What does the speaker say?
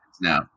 now